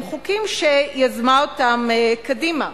הם חוקים שיזמה אותם קדימה.